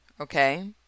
okay